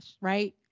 right